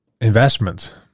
investment